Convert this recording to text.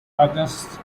august